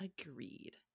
Agreed